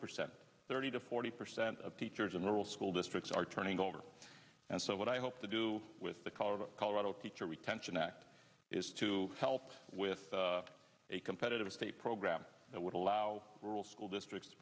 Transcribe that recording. percent thirty to forty percent of teachers and rural school districts are turning over and so what i hope to do with the colorado colorado teacher retention act is to help with a competitive state program that would allow rural school